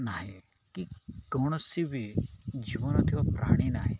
ନାହିଁ କି କୌଣସି ବି ଜୀବନରେ ଥିବା ପ୍ରାଣୀ ନାହିଁ